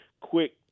quick